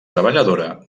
treballadora